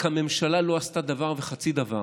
כי הממשלה לא עשתה דבר וחצי דבר.